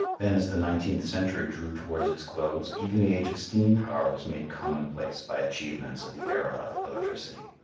then as the nineteenth century drew towards its close, even the age of steam power was made commonplace by achievements of the era of electricity.